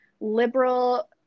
liberal